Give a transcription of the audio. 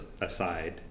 aside